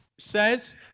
says